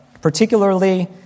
particularly